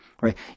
right